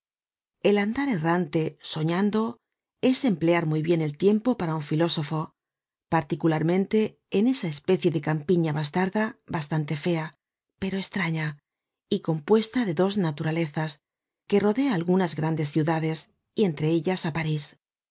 el andar errante soñando es emplear muy bien el tiempo para un filósofo particularmente en esa especie de campiña bastarda bastante fea pero estraña y compuesta de dos naturalezas que rodea algunas grandes ciudades y entre ellas á parís